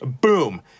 Boom